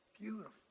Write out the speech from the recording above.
Beautiful